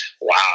wow